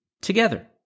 together